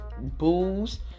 booze